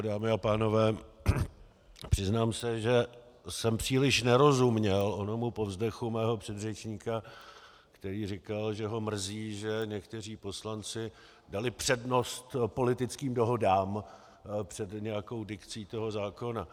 Dámy a pánové, přiznám se, že jsem příliš nerozuměl onomu povzdechu mého předřečníka, který říkal, že ho mrzí, že někteří poslanci dali přednost politickým dohodám před nějakou dikcí toho zákona.